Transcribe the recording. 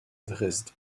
dresde